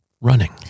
Running